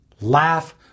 Laugh